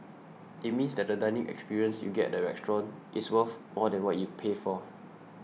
it means that the dining experience you get at the restaurant is worth more than what you pay for